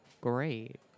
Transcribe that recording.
great